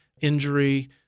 injury